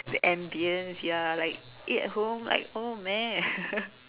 the ambiance ya like eat at home like oh meh